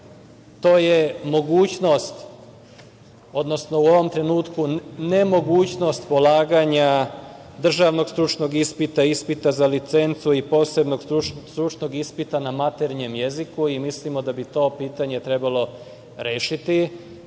to je mogućnost, odnosno u ovom trenutku nemogućnost polaganja državnog stručnog ispita, ispita za licencu i posebnog stručnog ispita na maternjem jeziku i mislimo da bi to pitanje trebalo rešiti